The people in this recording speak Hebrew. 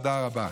תודה רבה.